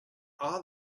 are